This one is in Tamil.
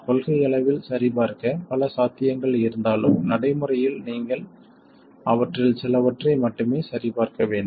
கொள்கையளவில் சரிபார்க்க பல சாத்தியங்கள் இருந்தாலும் நடைமுறையில் நீங்கள் அவற்றில் சிலவற்றை மட்டுமே சரிபார்க்க வேண்டும்